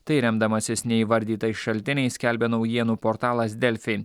tai remdamasis neįvardytais šaltiniais skelbia naujienų portalas delfi